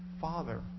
father